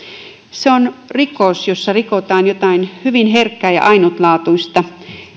se on rikos jossa rikotaan jotain hyvin herkkää ja ainutlaatuista